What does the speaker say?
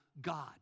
God